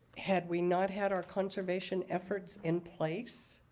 had we not had our conservation efforts in place,